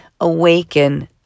awaken